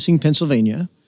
Pennsylvania